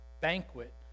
banquet